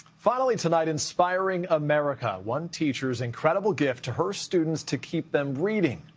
finally, tonight. inspiring america. one teacher's incredible gift to her students to keep them reading.